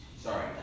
sorry